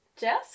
Jess